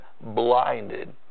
blinded